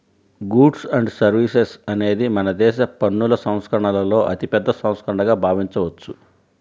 goods and services అనేది మనదేశ పన్నుల సంస్కరణలలో అతిపెద్ద సంస్కరణగా భావించవచ్చు